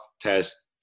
test